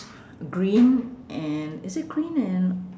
green and is it green and